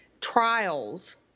trials